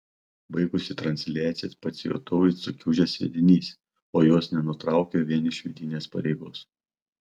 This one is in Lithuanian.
baigusi transliaciją pasijutau it sukiužęs sviedinys o jos nenutraukiau vien iš vidinės pareigos